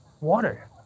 water